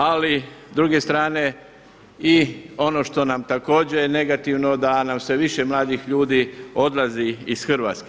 Ali s druge strane i ono što nam također je negativno da nam sve više mladih ljudi odlazi iz Hrvatske.